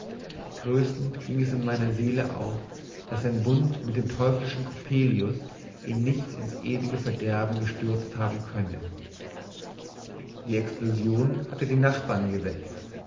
tröstend ging es in meiner seele auf daß sein bund mit dem teuflischen coppelius ihn nicht ins ewige verderben gestürzt haben könne die explosion hatte die nachbarn geweckt